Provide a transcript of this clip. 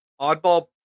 oddball